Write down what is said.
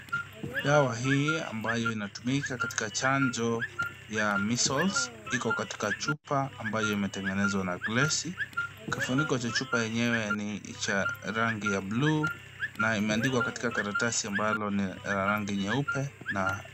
Dawa hii ambayo inatumika katika chanjo ya Measles iko katika chupa ambayo imetengenezwa na glesi. Kifuniko cha chupa yenyewe ni cha rangi ya buluu na imeandikwa katika karatasi ambalo ni la rangi nyeupe na.....